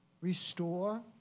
restore